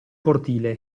cortile